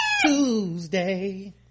Tuesday